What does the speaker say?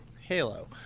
Halo